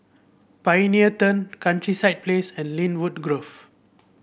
Pioneer Turn Countryside Place and Lynwood Grove